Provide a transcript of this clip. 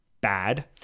bad